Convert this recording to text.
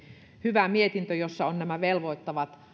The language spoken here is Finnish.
hyvä mietintö jossa on nämä velvoittavat